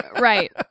Right